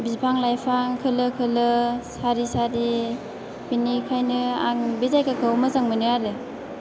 बिफां लाइफां खोलो खोलो सारि सारि बिनिखायनो आं बे जायगाखौ मोजां मोनो आरो